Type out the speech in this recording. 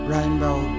Rainbow